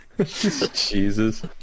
Jesus